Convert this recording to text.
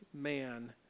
man